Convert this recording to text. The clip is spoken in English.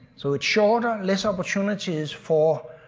so it's shorter, less opportunities for.